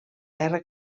guerra